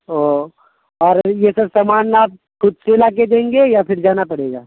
او اور یہ سب سامان آپ خود سے لا کے دیں گے یا پھر جانا پڑے گا